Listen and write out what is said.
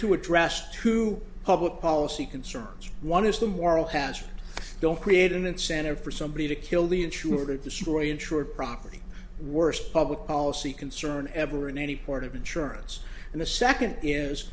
to address to public policy concerns one is the moral hazard don't create an incentive for somebody to kill the ensure that the story insured property worst public policy concern ever in any part of insurance and the second is